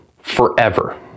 forever